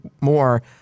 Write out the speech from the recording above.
more